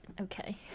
okay